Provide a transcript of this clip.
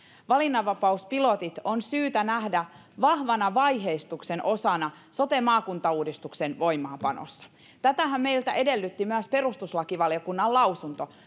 valinnanvapauspilotit on syytä nähdä vahvana vaiheistuksen osana sote maakuntauudistuksen voimaanpanossa tätähän meiltä edellytti viime kesänä myös perustuslakivaliokunnan lausunto